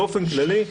באופן כללי,